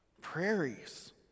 prairies